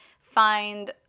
find